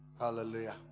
Hallelujah